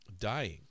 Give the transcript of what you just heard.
dying